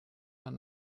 man